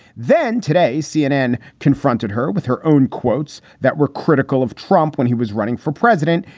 then today, cnn confronted her with her own quotes that were critical of trump when he was running for president.